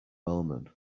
wellman